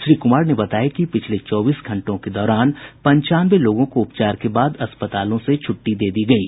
श्री कुमार ने बताया कि पिछले चौबीस घंटों के दौरान पंचानवे लोगों को उपचार के बाद अस्पतालों से छुट्टी दी गयी